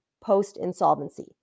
post-insolvency